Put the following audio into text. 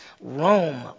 Rome